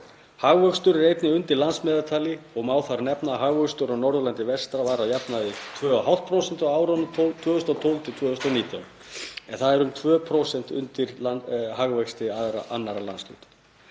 Hagvöxtur er einnig undir landsmeðaltali og má þar nefna að hagvöxtur á Norðurlandi vestra var að jafnaði 2,5% á árunum 2012–2019 en það er um 2% undir hagvexti annarra landshluta.